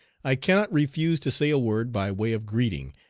i cannot refuse to say a word by way of greeting,